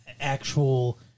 actual